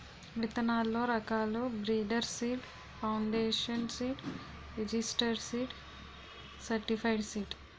విత్తనాల్లో రకాలు breeder seed, foundation seed, registered seed, certified seed